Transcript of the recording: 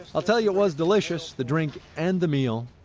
i'll tell you, it was delicious the drink and the meal.